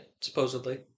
Supposedly